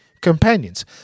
companions